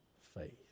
Faith